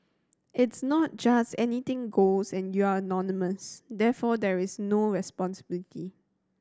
it's not just anything goes and you're anonymous therefore there is no responsibility